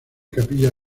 capilla